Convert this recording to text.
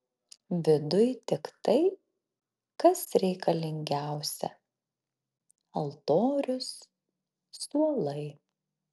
viduj tik tai kas reikalingiausia altorius suolai